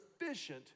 sufficient